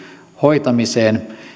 hoitamiseen